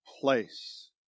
place